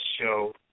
show